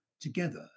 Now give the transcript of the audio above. together